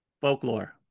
Folklore